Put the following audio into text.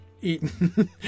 eaten